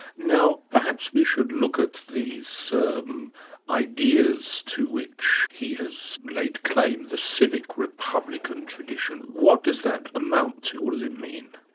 now perhaps we should look at these um ideas to which he has made claim, the civic republican tradition. what does that amount to? what does it mean?